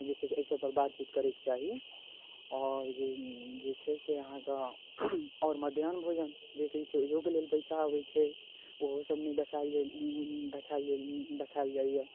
हुनके सबके अयसब पर बातउत करैक चाही और जे जे छै से अहाँकऽ और मध्याह्न भोजन जे छै से ओहियो के लेल पैसा अबै छै ओहो सब नै दखाएल जाइ दखाएल जाइ दखाएल जाइयऽ